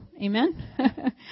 Amen